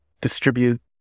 distribute